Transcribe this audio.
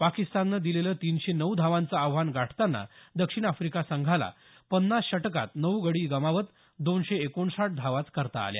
पाकिस्ताननं दिलेलं तीनशे नऊ धावांचं आव्हान गाठताना दक्षिण आफ्रिका संघाला पन्नास षटकांत नऊ गडी गमावत दोनशे एकोणसाठ धावाच करता आल्या